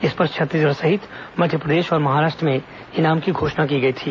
इस पर छत्तीसगढ़ सहित मध्यप्रदेश और महाराष्ट्र में इनाम की घोषणा की गई थी